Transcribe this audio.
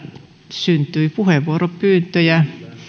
syntyi puheenvuoropyyntöjä